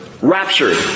raptured